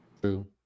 True